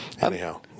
Anyhow